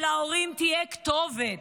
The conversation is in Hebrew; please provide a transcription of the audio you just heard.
שלהורים תהיה כתובת,